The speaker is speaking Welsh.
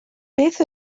beth